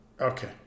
okay